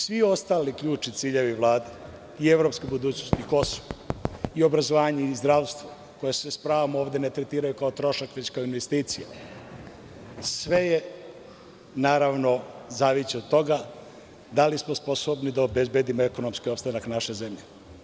Svi ostali ključni ciljevi Vlade i evropska budućnost i Kosovo i obrazovanje i zdravstvo, koji se sa pravom ne tretiraju kao trošak već kao investicija, sve je naravno zavisući od toga da li smo sposobni da obezbedimo ekonomski opstanak naše zemlje.